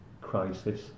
crisis